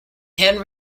and